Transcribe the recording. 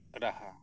ᱨᱟᱦᱟ